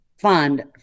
fund